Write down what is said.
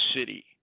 city